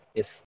Yes